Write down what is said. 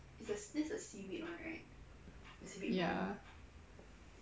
ya